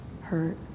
hurt